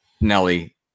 nelly